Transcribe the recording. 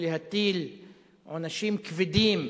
או להטיל עונשים כבדים,